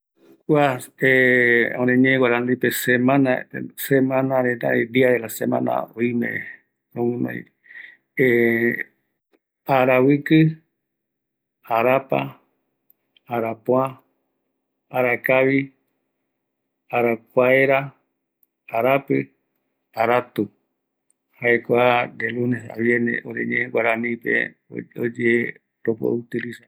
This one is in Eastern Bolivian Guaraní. Arareta, araviki, arapa, arapoa, arakavi, arakuera, arapi aratu